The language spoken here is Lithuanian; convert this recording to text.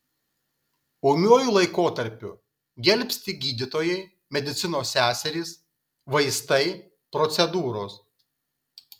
ūmiuoju laikotarpiu gelbsti gydytojai medicinos seserys vaistai procedūros